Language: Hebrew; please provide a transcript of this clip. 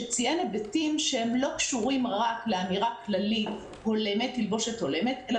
שציין היבטים שלא קשורים רק לאמירה כללית "תלבושת הולמת" אלא